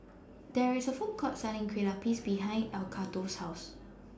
There IS A Food Court Selling Kue Lupis behind Edgardo's House